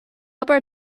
obair